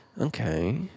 Okay